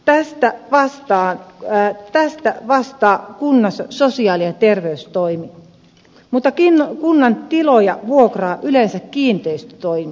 tästä vastaa kunnassa sosiaali ja terveystoimi mutta kunnan tiloja vuokraa yleensä kiinteistötoimi